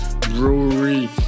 brewery